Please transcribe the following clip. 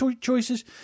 choices